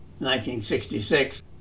1966